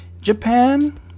Japan